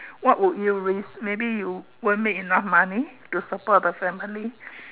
what would you risk maybe you won't make enough money to support your family